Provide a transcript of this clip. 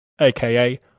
aka